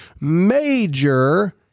major